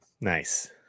nice